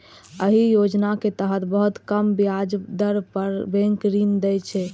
एहि योजना के तहत बहुत कम ब्याज दर पर बैंक ऋण दै छै